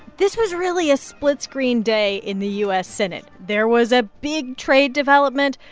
this was really a split-screen day in the u s. senate. there was a big trade development,